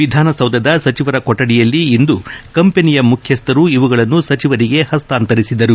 ವಿಧಾನಸೌಧದ ಸಚಿವರ ಕೊಠಡಿಯಲ್ಲಿ ಇಂದು ಕಂಪನಿಯ ಮುಖ್ಯಸ್ವರು ಇವುಗಳನ್ನು ಸಚಿವರಿಗೆ ಹಸ್ತಾಂತರಿಸಿದರು